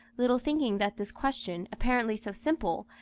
little thinking that this question, apparently so simple,